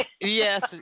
Yes